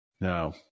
No